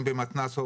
אם במתנ"ס,